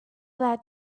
that